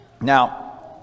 Now